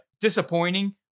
Disappointing